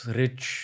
rich